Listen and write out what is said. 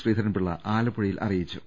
ശ്രീധരൻ പിള്ള ആലപ്പുഴയിൽ അറി യിച്ചു